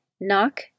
Knock